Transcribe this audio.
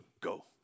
go